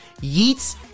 Yeats